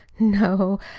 no.